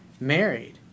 married